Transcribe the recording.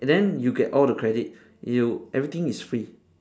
and then you get all the credit you everything is free